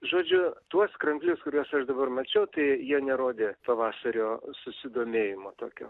žodžiu tuos kranklius kuriuos aš dabar mačiau tai jie nerodė pavasario susidomėjimo tokio